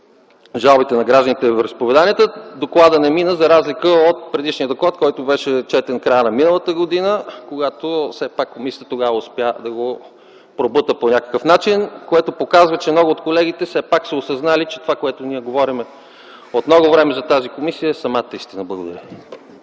жалбите и петициите на гражданите докладът не мина, за разлика от предишния доклад, който беше четен в края на миналата година, когато все пак комисията тогава успя да го пробута по някакъв начин, което показва, че много от колегите все пак са осъзнали, че това, което ние говорим от много време за тази комисия, е самата истина. Благодаря.